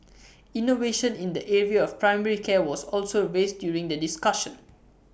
innovation in the area of primary care was also raised during the discussion